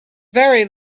very